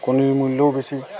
কণীৰ মূল্যও বেছি